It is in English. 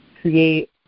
create